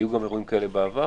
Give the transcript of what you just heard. היו אירועים כאלה בעבר,